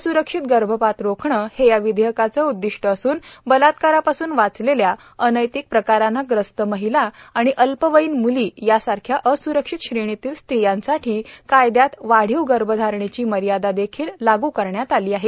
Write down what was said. असुरक्षित गर्भपात रोखणे हे या विधेयकाचे उद्दीष्ट असून बलात्कारापासून वाचलेल्या अनैतिक प्रकाराने ग्रस्त महिला आणि अल्पवयीन म्ली यासारख्या अस्रक्षित श्रेणीतील स्त्रियांसाठी कायद्यात वाढीव गर्भधारणेची मर्यादा देखील लागू करण्यात आली आहे